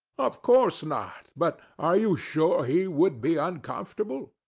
of course not but are you sure he would be uncomfortable?